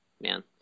Man